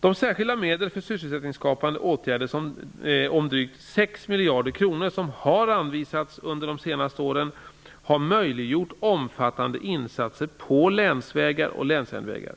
De särskilda medel för sysselsättningsskapande åtgärder om drygt 6 miljarder kronor som har anvisats under de senaste åren har möjliggjort omfattande insatser på länsvägar och länsjärnvägar.